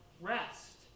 rest